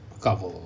Cover